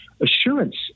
Assurance